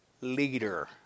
leader